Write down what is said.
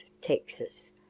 Texas